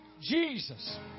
Jesus